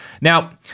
Now